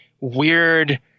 weird